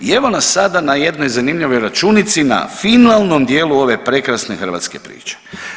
I evo nas sada na jednoj zanimljivoj računici na finalnom dijelu ove prekrasne hrvatske priče.